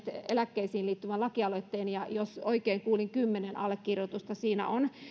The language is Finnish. eläkkeisiin liittyvän lakialoitteen ja jos oikein kuulin kymmenen allekirjoitusta siinä on